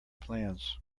plans